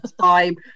time